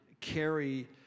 carry